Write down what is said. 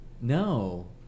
No